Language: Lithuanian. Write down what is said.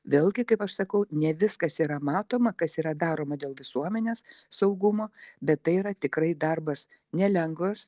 vėlgi kaip aš sakau ne viskas yra matoma kas yra daroma dėl visuomenės saugumo bet tai yra tikrai darbas nelengvas